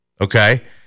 okay